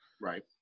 Right